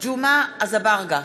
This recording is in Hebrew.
ג'מעה אזברגה,